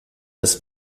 das